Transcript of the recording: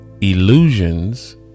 Illusions